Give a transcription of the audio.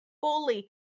fully